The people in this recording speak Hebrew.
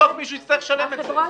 בסוף מישהו יצטרך לשלם את זה.